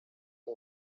ari